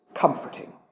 comforting